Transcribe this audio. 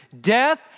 death